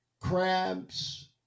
crabs